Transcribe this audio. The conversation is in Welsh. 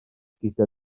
gyda